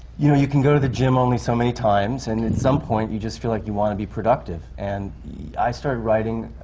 you you can go to the gym only so many times, times, and at some point, you just feel like you want to be productive. and i started writing,